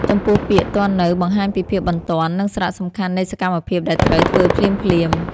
ចំពោះពាក្យ ទាន់នៅ បង្ហាញពីភាពបន្ទាន់ និងសារៈសំខាន់នៃសកម្មភាពដែលត្រូវធ្វើភ្លាមៗ។